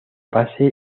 pase